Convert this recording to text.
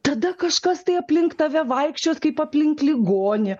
tada kažkas tai aplink tave vaikščios kaip aplink ligonį